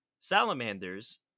Salamanders